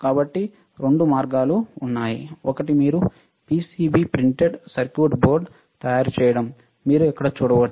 కాబట్టి రెండు మార్గాలు ఉన్నాయి ఒకటి మీరు పిసిబి ప్రింటెడ్ సర్క్యూట్ బోర్డ్ తయారు చేయడం మీరు ఇక్కడ చూడవచ్చు